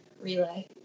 relay